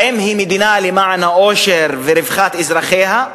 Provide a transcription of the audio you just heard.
האם היא מדינה למען האושר ורווחת אזרחיה,